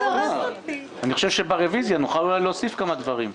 אני חושב שברוויזיה אולי נוכל להוסיף כמה דברים.